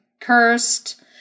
cursed